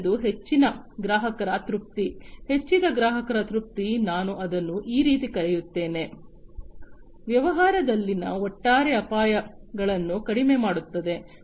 ಮೂರನೆಯದು ಹೆಚ್ಚಿನ ಗ್ರಾಹಕರ ತೃಪ್ತಿ ಹೆಚ್ಚಿದ ಗ್ರಾಹಕರ ತೃಪ್ತಿ ನಾನು ಅದನ್ನು ಆ ರೀತಿ ಕರೆಯುತ್ತೇನೆ ವ್ಯವಹಾರದಲ್ಲಿನ ಒಟ್ಟಾರೆ ಅಪಾಯಗಳನ್ನು ಕಡಿಮೆ ಮಾಡುತ್ತದೆ